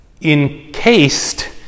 encased